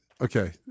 okay